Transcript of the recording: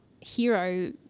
hero